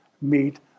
meet